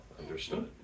Understood